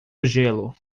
gelo